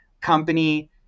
company